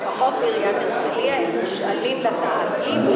לפחות בעיריית הרצלייה הם מושאלים לתאגיד.